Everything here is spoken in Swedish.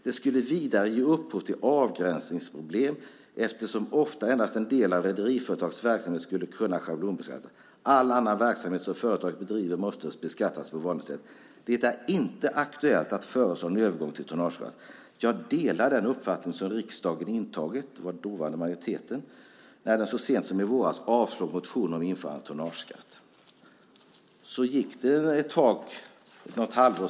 Den skulle vidare ge upphov till avgränsningsproblem eftersom ofta endast en del av rederiföretags verksamhet skulle kunna schablonbeskattas. All annan verksamhet som företaget bedriver måste beskattas på vanligt sätt. Det är inte aktuellt att föreslå en övergång till tonnage-"skatt". Han delade den uppfattning som riksdagen intagit - dåvarande majoriteten - när den så sent som den våren avslog en motion om införande av tonnageskatt. Så gick det ett halvår.